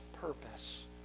purpose